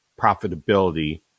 profitability